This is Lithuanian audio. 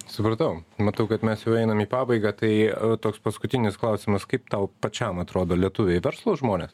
supratau matau kad mes jau einam į pabaigą tai toks paskutinis klausimas kaip tau pačiam atrodo lietuviai verslūs žmonės